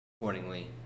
accordingly